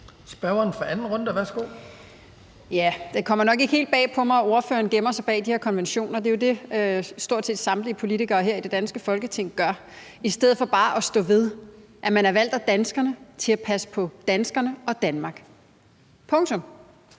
11:58 Mette Thiesen (DF): Ja, det kommer nok ikke helt bag på mig, at ordføreren gemmer sig bag de her konventioner; det er jo det, stort set samtlige politikere her i det danske Folketing gør i stedet for bare at stå ved, at man er valgt af danskerne til at passe på danskerne og Danmark – punktum.